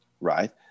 right